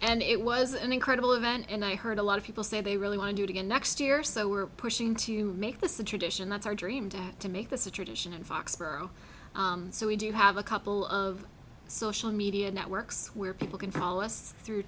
and it was an incredible event and i heard a lot of people say they really want to do it again next year so we're pushing to make this a tradition that's our dream to to make this a tradition in foxborough so we do have a couple of social media networks where people can follow us through